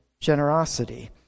generosity